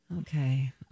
Okay